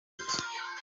ute